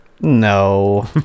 No